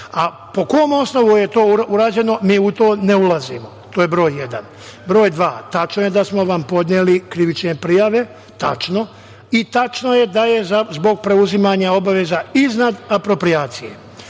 Po kom osnovu je to urađeno, mi u to ne ulazimo. To je broj jedan. Broj dva, tačno je da smo vam podneli krivične prijave, tačno je da je zbog preuzimanja obaveza iznad aproprijacije